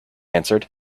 answered